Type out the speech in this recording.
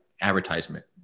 advertisement